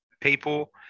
people